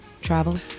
travel